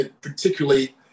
particularly